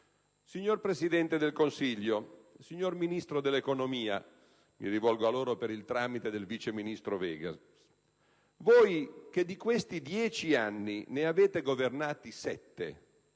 Signor Presidente del Consiglio, signor Ministro dell'economia (mi rivolgo a loro per il tramite del vice ministro Vegas), voi che di questi dieci anni ne avete governati sette,